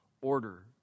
order